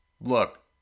look